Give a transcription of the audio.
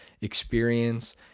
experience